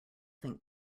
think